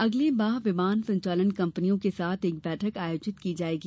अगले माह विमान संचालन कंपनियों के साथ एक बैठक आयोजित की जायेगी